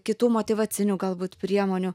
kitų motyvacinių galbūt priemonių